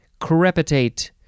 Crepitate